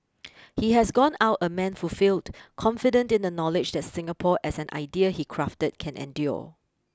he has gone out a man fulfilled confident in the knowledge that Singapore as an idea he crafted can endure